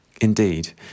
Indeed